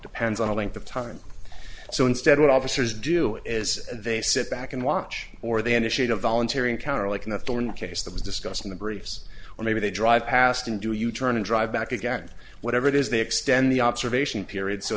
depends on a length of time so instead what officers do is they sit back and watch or they initiate a voluntary encounter like in the thorne case that was discussed in the briefs or maybe they drive past and do you turn and drive back again whatever it is they extend the observation period so